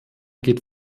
geht